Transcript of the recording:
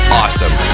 awesome